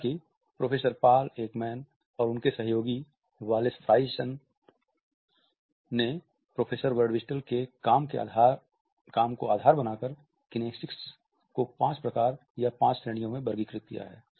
हालांकि professor Paul Ekman और उनके सहयोगी वालेस फ्राइसन ने प्रोफेसर बर्डविस्टेल के काम को आधार बनाकर किनेसिक्स को पांच प्रकार या पांच श्रेणियों में वर्गीकृत किया है